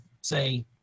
say